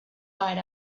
died